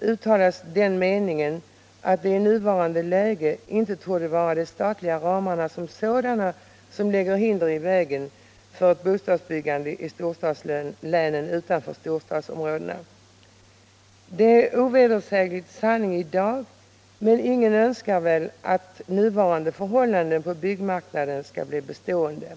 uttalas den meningen att det i nuvarande läge inte torde vara de statliga ramarna som sådana som lägger hinder i vägen för ett bostadsbyggande i storstadslänen utanför storstadsområdena. Det är ovedersägligen sanning i dag, men ingen önskar väl att nuvarande förhållanden på byggmarknaden skall bli bestående.